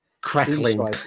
Crackling